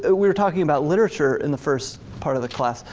ah we were talking about literature in the first part of the class,